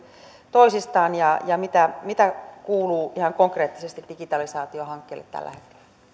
toisistaan ja ja mitä mitä kuuluu ihan konkreettisesti digitalisaatiohankkeelle tällä